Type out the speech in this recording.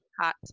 Hot